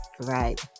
right